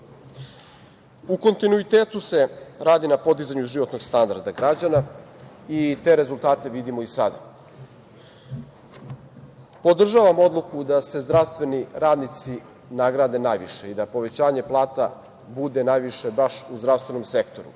U kontinuitetu se radi na podizanju životnog standarda građana i te rezultate vidimo i sada. Podržavam odluku da se zdravstveni radnici nagrade najviše i da povećanje plata bude najviše baš u zdravstvenom sektoru,